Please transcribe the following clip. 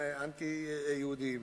לאנטי-יהודים.